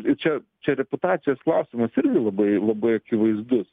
ir čia čia reputacijos klausimas irgi labai labai akivaizdus